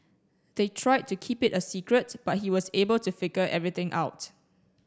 they tried to keep it a secret but he was able to figure everything out